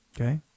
Okay